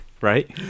Right